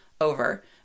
over